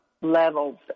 levels